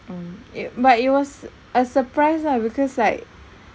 mm it but it was a surprise lah because like